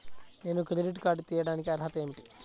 నేను credit card తీయడానికి అర్హత ఏమిటి?